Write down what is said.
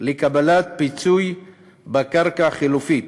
לקבלת פיצוי בקרקע חלופית